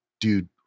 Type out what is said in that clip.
dude